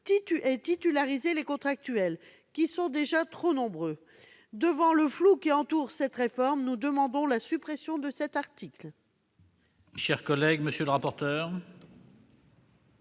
de titulariser les contractuels qui sont déjà trop nombreux. Devant le flou qui entoure cette réforme, nous demandons la suppression de cet article.